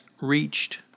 reached